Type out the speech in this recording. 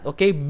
Okay